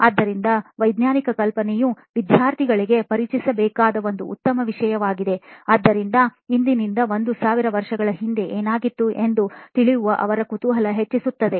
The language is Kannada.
ಆದ್ದರಿಂದ ವೈಜ್ಞಾನಿಕ ಕಲ್ಪನೆಯು ವಿದ್ಯಾರ್ಥಿಗಳಿಗೆ ಪರಿಚಯಿಸಬೇಕಾದ ಒಂದು ಉತ್ತಮ ವಿಷಯವಾಗಿದೆ ಏಕೆಂದರೆ ಇಂದಿನಿಂದ 1000 ವರ್ಷಗಳ ಹಿಂದೆ ಏನಾಗಿತ್ತು ಎಂದು ತಿಳಿಯುವ ಅವರ ಕುತೂಹಲ ಹೆಚ್ಚಿಸುತ್ತದೆ